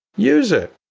use it,